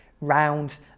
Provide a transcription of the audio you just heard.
round